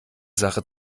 sache